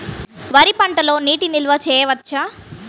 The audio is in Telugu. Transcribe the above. వరి పంటలో నీటి నిల్వ చేయవచ్చా?